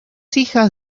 hijas